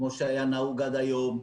כמו שהיה נהוג עד היום,